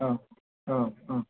औ औ औ